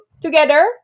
together